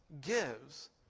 gives